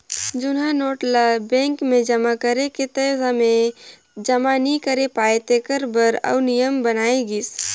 जुनहा नोट ल बेंक मे जमा करे के तय समे में जमा नी करे पाए तेकर बर आउ नियम बनाय गिस